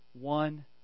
One